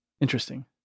Interesting